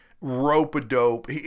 rope-a-dope